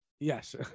Yes